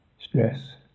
stress